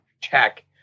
check